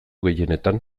gehienetan